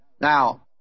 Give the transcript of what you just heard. Now